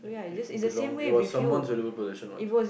it belong it was someone valuable possession what